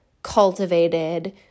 cultivated